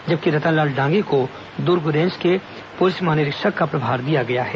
जबकि रतनलाल डांगी को दुर्ग रेज के पुलिस महानिरीक्षक का प्रभार दिया गया है